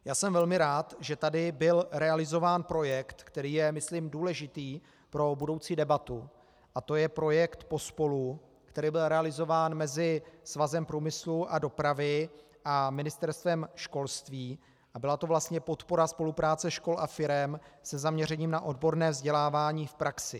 Já jsem velmi rád, že tady byl realizován projekt, který je myslím důležitý pro budoucí debatu, a to je projekt Pospolu, který byl realizován mezi Svazem průmyslu a dopravy a Ministerstvem školství a byla to vlastně podpora spolupráce škol a firem se zaměřením na odborné vzdělávání v praxi.